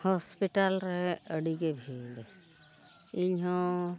hospital ᱨᱮ ᱟᱹᱰᱤ ᱜᱮ ᱵᱷᱤᱲ ᱤᱧ ᱦᱚᱸ